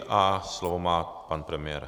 A slovo má pan premiér.